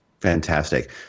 Fantastic